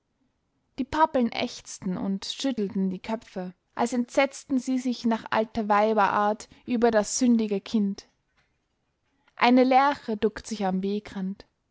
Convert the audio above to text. die pappeln ächzten und schüttelten die köpfe als entsetzten sie sich nach alter weiber art über das sündige kind eine lerche duckt sich am wegrand